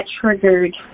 triggered